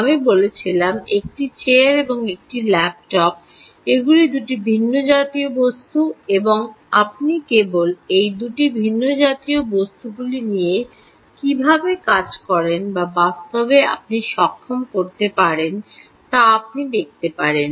আমি বলেছিলাম একটি চেয়ার এবং একটি ল্যাপটপ এগুলি 2 ভিন্নজাতীয় বস্তু এবং আপনি কেবল এই 2 ভিন্নজাতীয় বস্তুগুলি নিয়ে কীভাবে কাজ করেন বা বাস্তবে আপনি সক্ষম করতে পারেন তা আপনি দেখতে পারেন